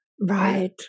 Right